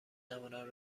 تواند